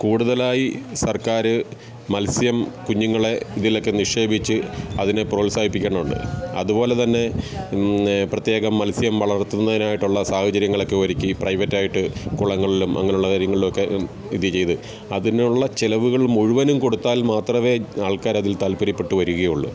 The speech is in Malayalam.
കൂടുതലായി സര്ക്കാർ മത്സ്യം കുഞ്ഞുങ്ങളെ ഇതിലൊക്കെ നിക്ഷേപിച്ച് അതിനെ പ്രോത്സാഹിപ്പിക്കണുണ്ട് അതുപോലെതന്നെ പ്രത്യേകം മത്സ്യം വളര്ത്തുന്നതിനായിട്ടുള്ള സാഹചര്യങ്ങളൊക്കെ ഒരുക്കി ഈ പ്രൈവറ്റായിട്ട് കുളങ്ങളിലും അങ്ങനെയുള്ള കാര്യങ്ങളിലൊക്കെ ഇത് ചെയ്ത് അതിനുള്ള ചിലവുകള് മുഴുവനും കൊടുത്താല് മാത്രമെ ആള്ക്കാരതില് താല്പര്യപ്പെട്ടുവരികയുളളു